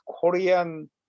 korean